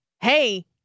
hey